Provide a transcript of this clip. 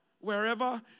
wherever